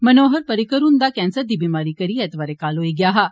मनोहर पर्रिकर हुन्दा केंसर दी बिमारी करी ऐतवारें काल होई गेआ हा